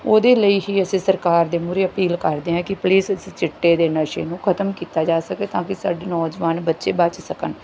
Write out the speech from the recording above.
ਉਹਦੇ ਲਈ ਹੀ ਅਸੀਂ ਸਰਕਾਰ ਦੇ ਮੂਹਰੇ ਅਪੀਲ ਕਰਦੇ ਹਾਂ ਕਿ ਪਲੀਜ਼ ਇਸ ਚਿੱਟੇ ਦੇ ਨਸ਼ੇ ਨੂੰ ਖਤਮ ਕੀਤਾ ਜਾ ਸਕੇ ਤਾਂ ਕਿ ਸਾਡੀ ਨੌਜਵਾਨ ਬੱਚੇ ਬਚ ਸਕਣ